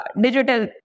digital